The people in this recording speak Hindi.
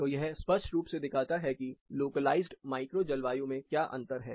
तो यह स्पष्ट रूप से दिखाता है कि लोकलाइज्ड माइक्रो जलवायु मे क्या अंतर है